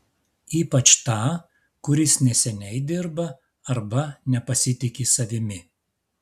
ypač tą kuris neseniai dirba arba nepasitiki savimi